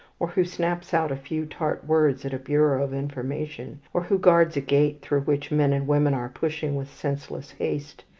or who snaps out a few tart words at a bureau of information, or who guards a gate through which men and women are pushing with senseless haste,